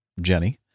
Jenny